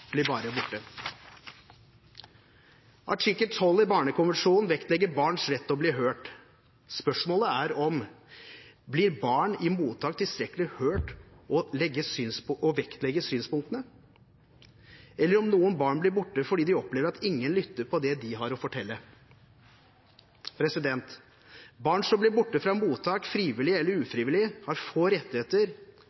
bare blir borte. Artikkel 12 i Barnekonvensjonen vektlegger barns rett til å bli hørt. Spørsmålet er om barn i mottak blir tilstrekkelig hørt og om synspunktene deres vektlegges, eller om noen barn blir borte fordi de opplever at ingen lytter til det de har å fortelle. Barn som blir borte fra mottak, frivillig eller